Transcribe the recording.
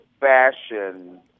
fashion